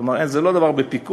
כלומר, זה לא דבר בפיקוח,